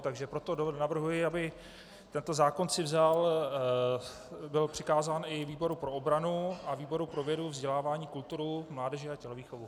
Takže proto navrhuji, aby tento zákon byl přikázán i výboru pro obranu a výboru pro vědu, vzdělávání, kulturu, mládež a tělovýchovu.